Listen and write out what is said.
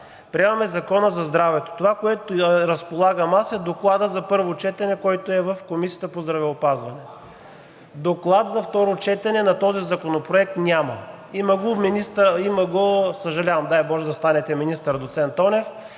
приемаме Закона за здравето. Това, с което разполагам аз, е докладът за първо четене, който е в Комисията по здравеопазване. Доклад за второ четене на този законопроект няма – има го министърът, съжалявам, дай боже да станете министър, доцент Тонев,